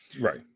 right